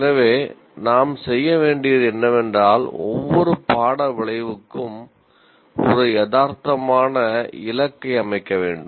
எனவே நாம் செய்ய வேண்டியது என்னவென்றால் ஒவ்வொரு பாட விளைவுக்கும் ஒரு யதார்த்தமான இலக்கை அமைக்க வேண்டும்